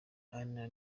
anne